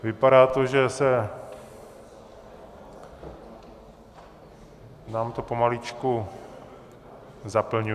Vypadá to, že se nám to pomaličku zaplňuje.